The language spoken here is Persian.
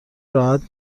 راحت